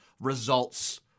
results